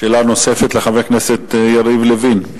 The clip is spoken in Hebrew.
שאלה נוספת לחבר הכנסת יריב לוין.